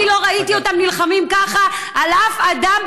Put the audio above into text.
אני לא ראיתי אותם נלחמים ככה על אף אדם,